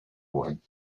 one